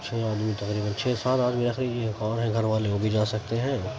چھ آدمی تقریباً چھ سات آدمی رکھ لیجیے ایک اور ہیں گھر والے وہ بھی جا سکتے ہیں